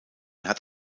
hat